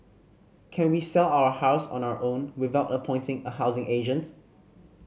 can we sell our house on our own without appointing a housing agent